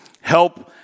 Help